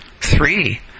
Three